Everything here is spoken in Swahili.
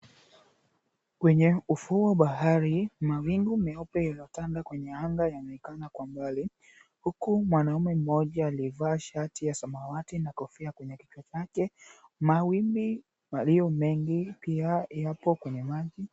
Kwenye ufuo wa bahari, mawingu meupe yaliyotanda kwenye anga kwa mbali. Huku mwanaume mmoja aliyevaa shati ya samawati na kofia kwenye kichwa chake. Mawimbi yalio mengi pia yapo kwenye maji.